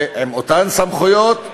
עם אותן סמכויות,